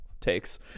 takes